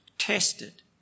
tested